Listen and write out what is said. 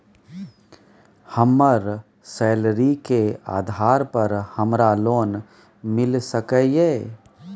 हमर सैलरी के आधार पर हमरा लोन मिल सके ये?